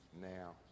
now